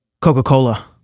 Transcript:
Coca-Cola